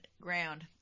Ground